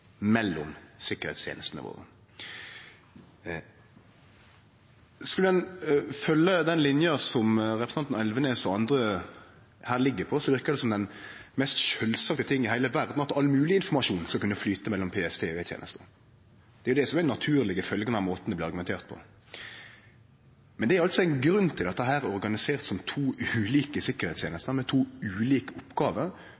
mellom sikkerheitstenestene våre. Skulle ein følgje den linja som representanten Elvenes og andre her ligg på, verkar det som den mest sjølvsagte tingen i heile verda at all mogleg informasjon skal kunne flyte mellom PST og E-tenesta. Det er jo det som er den naturlege følgja av måten det blir argumentert på. Men det er altså ein grunn til at dette er organisert som to ulike